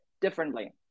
differently